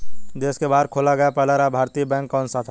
देश के बाहर खोला गया पहला भारतीय बैंक कौन सा था?